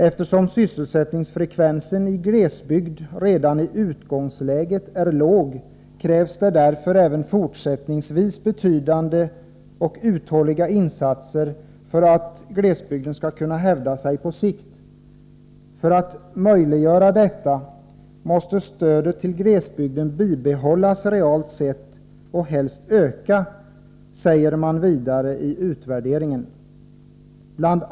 Eftersom sysselsättningsfrekvensen i glesbygd redan i utgångsläget är låg krävs det även fortsättningsvis betydande och uthålliga insatser för att glesbygden skall kunna hävda sig på sikt. För att möjliggöra detta måste stödet till glesbygden bibehållas realt sett och helst öka, säger man vidare i utvärderingen. Bl.